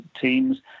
teams